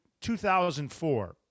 2004